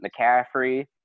McCaffrey